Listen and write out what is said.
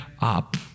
up